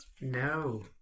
No